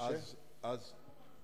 אתה חתום על זה.